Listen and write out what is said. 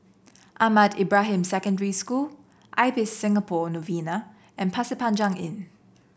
Ahmad Ibrahim Secondary School Ibis Singapore Novena and Pasir Panjang Inn